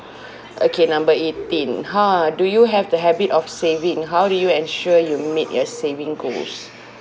okay number eighteen ha do you have the habit of saving how do you ensure you meet your saving goals